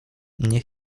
nie